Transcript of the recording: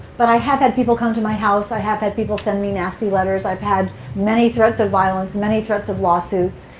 but i have had people come to my house. i have had people send me nasty letters. i've had many threats of violence, many threats of lawsuits.